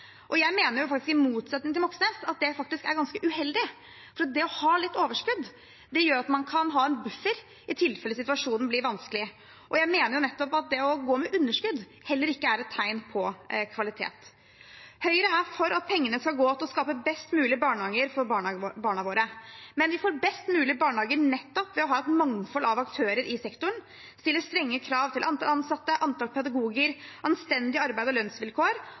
Jeg mener, i motsetning til Moxnes, at det faktisk er ganske uheldig, for det å ha litt overskudd gjør at man kan ha en buffer i tilfelle situasjonen blir vanskelig. Jeg mener at det å gå med underskudd heller ikke er et tegn på kvalitet. Høyre er for at pengene skal gå til å skape best mulige barnehager for barna våre, men vi får best mulige barnehager nettopp ved å ha et mangfold av aktører i sektoren, stille strenge krav til antall ansatte, antall pedagoger og anstendige arbeids- og lønnsvilkår,